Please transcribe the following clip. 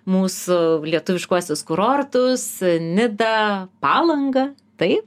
mūsų lietuviškuosius kurortus nidą palangą tai